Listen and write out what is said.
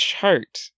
chart